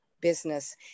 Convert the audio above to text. business